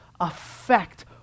affect